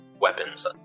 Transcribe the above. Weapons